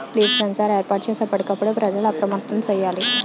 leaf sensor ఏర్పాటు చేసి ఎప్పటికప్పుడు ప్రజలు అప్రమత్తంగా సేయాలి